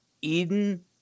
Eden